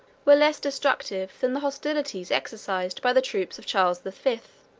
were less destructive than the hostilities exercised by the troops of charles the fifth,